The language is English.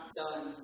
done